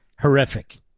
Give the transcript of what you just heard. horrific